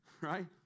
Right